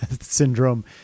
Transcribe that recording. syndrome